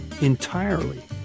entirely